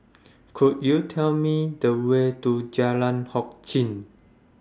Could YOU Tell Me The Way to Jalan Hock Chye